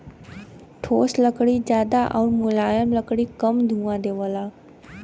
ठोस लकड़ी जादा आउर मुलायम लकड़ी कम धुंआ देवला